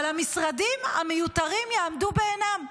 אבל המשרדים המיותרים יעמדו בעינם.